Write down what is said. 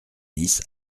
dix